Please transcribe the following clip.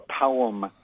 poem